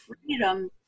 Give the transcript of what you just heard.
freedom